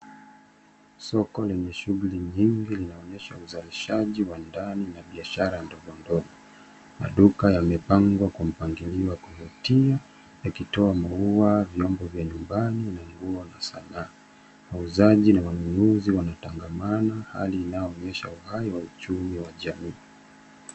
Soko lenye shughuli nyingi linaonyesha usalishaji wa ndani na biashara ndogo ndogo, maduka yapengwa wa mpangilio wa kufutia yakitoa maua, vyombo vya nyumba, nguo na sana. Muuzaji na mnunuzi wanatangamana hali inaonyesha uhai wa uchumi wa jamii.